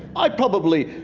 i probably,